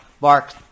mark